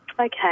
Okay